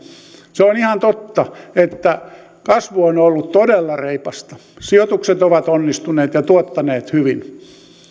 se on ihan totta että kasvu on ollut todella reipasta sijoitukset ovat onnistuneet ja tuottaneet hyvin